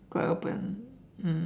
quite open